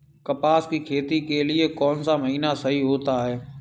कपास की खेती के लिए कौन सा महीना सही होता है?